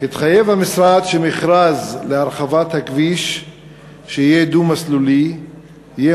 התחייב שמכרז להרחבת הכביש לדו-מסלולי יהיה